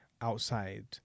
outside